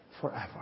forever